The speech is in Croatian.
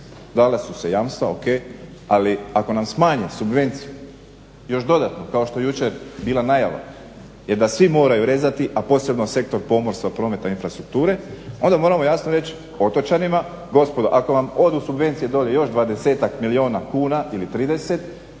dala su se jamstva. O.k. Ali ako nam smanje subvenciju još dodatno kao što je jučer bila najava jer da svi moraju rezati, a posebno sektor pomorstva, prometa, infrastrukture onda moramo jasno reći otočanima. Gospodo ako vam odu subvencije dole još 20-tak milijuna kuna ili 30 dobit